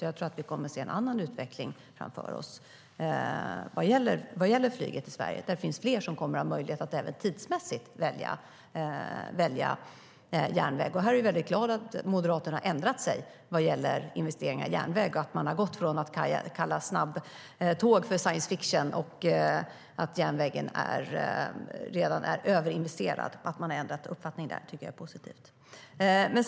Jag tror att vi kommer att se en annan utveckling framöver vad gäller flyget i Sverige. Fler kommer att ha möjlighet även tidsmässigt att välja järnväg. Jag är glad att Moderaterna har ändrat sig när det gäller investeringar i järnväg och att de har gått ifrån att kalla snabbtåg för science fiction och säga att järnvägen redan är överinvesterad. Jag tycker att det är positivt att de har ändrat uppfattning där.